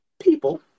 people